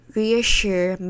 reassure